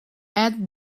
add